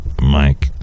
Mike